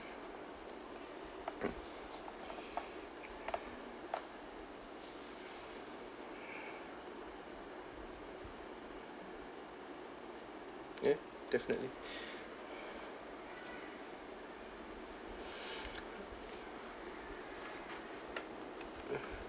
ya definitely uh